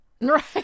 Right